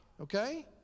okay